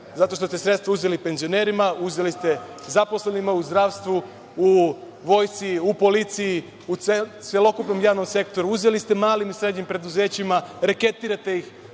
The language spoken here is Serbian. Zato što ste sredstva uzeli penzionerima, uzeli ste zaposlenima u zdravstvu, u vojsci, u policiji, u celokupnom javnom sektoru, uzeli ste mali i srednjim preduzećima, reketirate ih